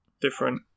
different